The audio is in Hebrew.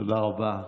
תודה רבה,